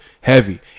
Heavy